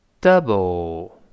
double